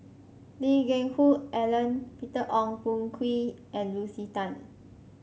Lee Geck Hoon Ellen Peter Ong Boon Kwee and Lucy Tan